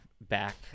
back